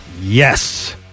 Yes